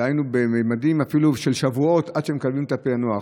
דהיינו אפילו ממדים של שבועות עד שמקבלים את הפענוח.